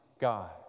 God